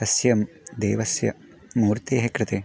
तस्य देवस्य मूर्तेः कृते